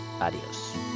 Adios